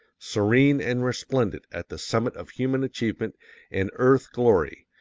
serene and resplendent at the summit of human achievement and earthly glory,